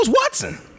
Watson